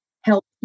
help